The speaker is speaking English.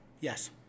Yes